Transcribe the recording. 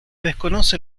desconoce